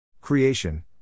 Creation